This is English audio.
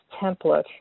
template